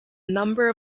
number